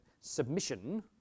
submission